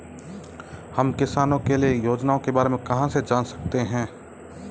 हम किसानों के लिए योजनाओं के बारे में कहाँ से जान सकते हैं?